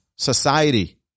society